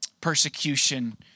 persecution